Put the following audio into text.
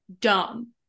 dumb